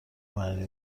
معنی